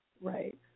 Right